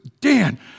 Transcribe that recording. Dan